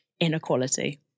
inequality